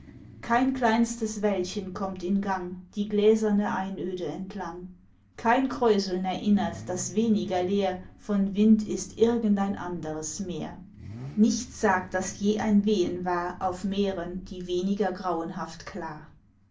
kein kleinstes wellchen kommt in gang die gläserne einöde entlang kein kräuseln erinnert daß weniger leer von wind ist irgendein anderes meer nichts sagt daß je ein wehen war auf meeren die weniger grauenhaft klar